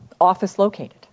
office-located